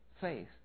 faith